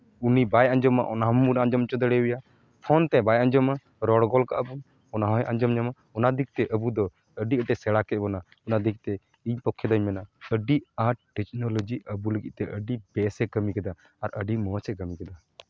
ᱩᱱᱤ ᱵᱟᱭ ᱟᱸᱡᱚᱢᱟ ᱚᱱᱟ ᱦᱚᱸᱵᱚᱱ ᱟᱸᱡᱚᱢ ᱦᱚᱪᱚ ᱫᱟᱲᱮᱭᱟᱭᱟ ᱯᱷᱳᱱ ᱛᱮ ᱵᱟᱭ ᱟᱸᱡᱚᱢᱟ ᱨᱚᱲ ᱜᱚᱫ ᱠᱟᱜᱼᱟ ᱵᱚᱱ ᱚᱱᱟ ᱦᱚᱭ ᱟᱸᱡᱚᱢ ᱧᱟᱢᱟ ᱚᱱᱟ ᱫᱤᱠ ᱛᱮ ᱟᱵᱚ ᱫᱚ ᱟᱹᱰᱤ ᱟᱸᱴᱮ ᱥᱮᱬᱟ ᱠᱮᱜ ᱵᱚᱱᱟ ᱚᱱᱟ ᱫᱤᱠᱛᱮ ᱤᱧ ᱯᱚᱠᱠᱷᱮ ᱫᱚᱧ ᱢᱮᱱᱟ ᱟᱹᱰᱤ ᱟᱸᱴ ᱴᱮᱠᱱᱳᱞᱚᱡᱤ ᱟᱵᱚ ᱞᱟᱹᱜᱤᱫ ᱛᱮ ᱟᱹᱰᱤ ᱵᱮᱥ ᱮ ᱠᱟᱹᱢᱤ ᱠᱮᱫᱟ ᱟᱨ ᱟᱹᱰᱤ ᱢᱚᱡᱽ ᱮ ᱠᱟᱹᱢᱤ ᱠᱮᱫᱟ